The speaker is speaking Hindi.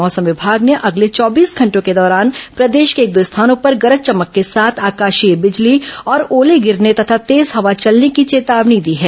मौसम विभाग ने अगले चौबीस घंटों के दौरान प्रदेश के एक दो स्थानों पर गरज चमक के साथ आकाशीय बिजली और ओले गिरने तथा तेज हवा चलने की चेतावनी दी है